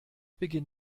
beginn